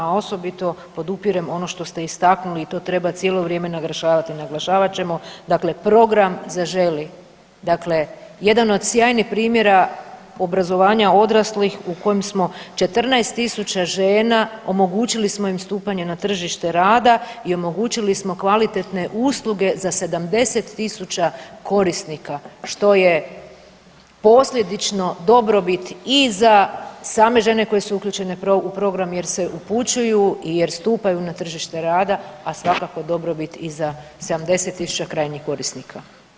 A osobito podupirem ono što ste istaknuli i to treba cijelo vrijeme naglašavati i naglašavat ćemo dakle program „Zaželi“ dakle jedan od sjajnih primjera obrazovanja odraslih u kojem smo 14 tisuća žena omogućili smo im stupanje na tržište rada i omogućili smo kvalitetne usluge za 70 tisuća korisnika što je posljedično dobrobit i za same žene koje su uključene u program jer se upućuju, jer stupaju na tržište rada, a svakako je dobrobit i za 70 tisuća krajnjih korisnika.